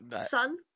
Son